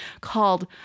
called